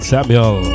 Samuel